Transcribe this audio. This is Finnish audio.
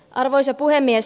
arvoisa puhemies